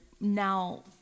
now